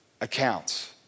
accounts